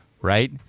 right